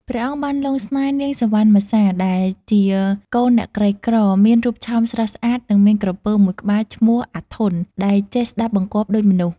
ព្រះអង្គបានលង់ស្នេហ៍នាងសុវណ្ណមសា ដែលជាកូនអ្នកក្រីក្រ មានរូបឆោមស្រស់ស្អាត និងមានក្រពើមួយក្បាលឈ្មោះ អាធន់ ដែលចេះស្ដាប់បង្គាប់ដូចមនុស្ស។